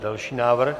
Další návrh?